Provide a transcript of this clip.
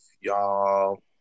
y'all